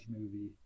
movie